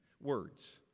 words